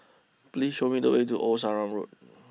please show me the way to Old Sarum Road